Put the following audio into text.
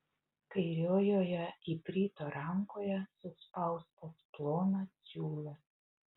kairiojoje iprito rankoje suspaustas plonas siūlas